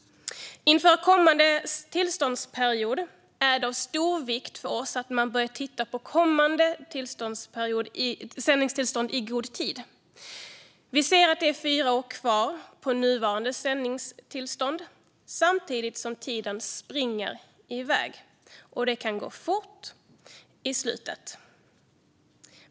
Inför kommande tillståndsperiod är det av stor vikt för oss att man börjar titta på kommande sändningstillstånd i god tid. Vi ser att det är fyra år kvar på det nuvarande sändningstillståndet, samtidigt som tiden springer i väg. Det kan gå fort på slutet.